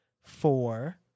four